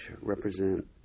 represent